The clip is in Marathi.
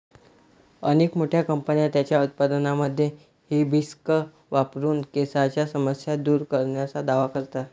अनेक मोठ्या कंपन्या त्यांच्या उत्पादनांमध्ये हिबिस्कस वापरून केसांच्या समस्या दूर करण्याचा दावा करतात